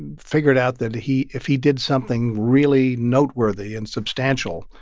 and figured out that he if he did something really noteworthy and substantial,